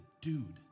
dude